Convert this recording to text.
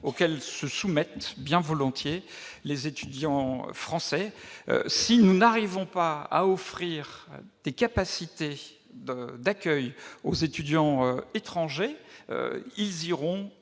laquelle se soumettent bien volontiers les étudiants français. Si nous n'arrivons pas à offrir des capacités d'accueil aux étudiants étrangers, ils iront